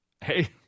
Hey